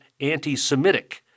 anti-Semitic